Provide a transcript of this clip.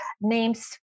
Names